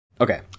Okay